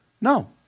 no